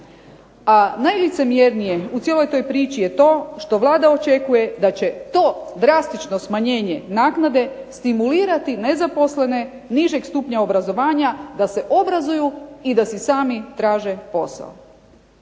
a najlicemjernije u cijeloj toj priči je to što Vlada očekuje da će to drastično smanjenje naknade stimulirati nezaposlene nižeg stupnja obrazovanja da se obrazuju i da si sami traže posao.